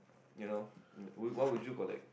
you know what would you collect